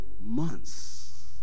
months